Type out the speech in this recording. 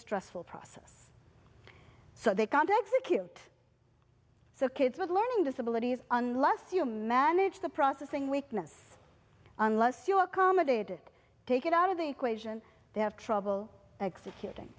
stressful process so they can't execute so kids with learning disabilities unless you manage the processing weakness unless you accommodated take it out of the equation they have trouble executing